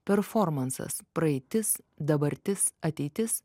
performansas praeitis dabartis ateitis